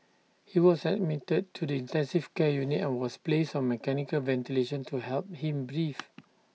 he was admitted to the intensive care unit and was placed on mechanical ventilation to help him breathe